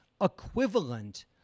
equivalent